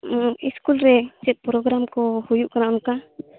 school ᱨᱮ ᱪᱮᱫ programme ᱠᱚ ᱦᱩᱭᱩᱜ ᱠᱟᱱᱟ ᱚᱱᱠᱟ